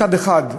מצד אחד,